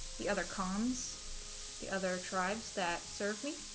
the other cons the other tribes that serve me